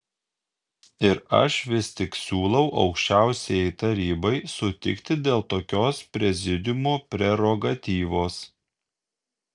ir aš vis tik siūlau aukščiausiajai tarybai sutikti dėl tokios prezidiumo prerogatyvos